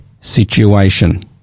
situation